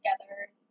together